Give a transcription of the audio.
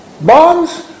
bonds